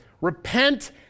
Repent